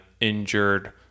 injured